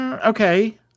okay